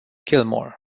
gilmore